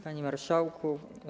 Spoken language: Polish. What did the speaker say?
Panie Marszałku!